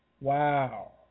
Wow